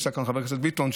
ונמצא כאן חבר הכנסת ביטון,